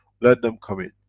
let them come in.